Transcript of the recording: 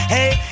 Hey